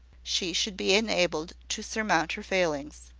she should be enabled to surmount her failings.